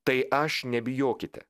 tai aš nebijokite